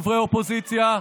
חברי האופוזיציה,